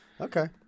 Okay